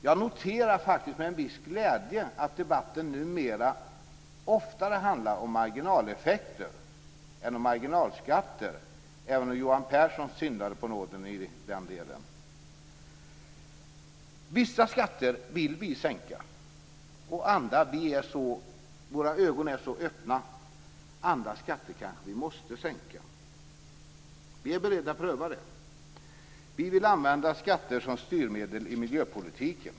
Jag noterar faktiskt med en viss glädje att debatten numera oftare handlar om marginaleffekter än om marginalskatter, även om Johan Pehrson syndade på nåden. Vissa skatter vill vi sänka, andra inser vi, därför att våra ögon är så öppna, att vi kanske måste sänka. Vi är beredda att pröva det. Vi vill använda skatter som styrmedel i miljöpolitiken.